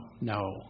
no